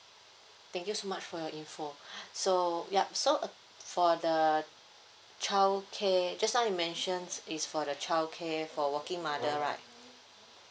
thank you so much for your info so yup so uh for the child care just now you mentioned is for the childcare for working mother right